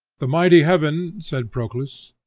the mighty heaven, said proclus,